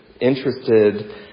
interested